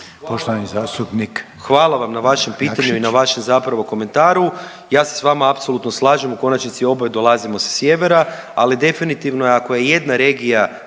Mišel (SDP)** Hvala vam na vašem pitanju i na vašem zapravo komentaru. Ja se s vama apsolutno slažem u konačnici oboje dolazimo sa sjevera, ali definitivno je ako je jedna regija